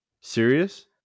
serious